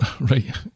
right